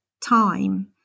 time